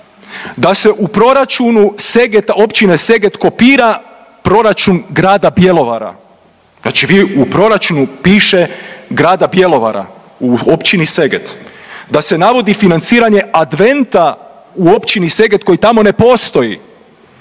da se u proračunu Seget, Općine Seget kopira proračun grada Bjelovara, znači vi, u proračunu piše grada Bjelovara u Općini Seget da se navodi financiranje Adventa u Općini Seget koji tamo ne postoji,